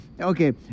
Okay